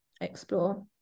explore